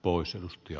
oosi ja